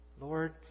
Lord